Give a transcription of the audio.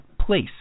place